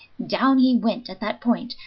down he went at that point,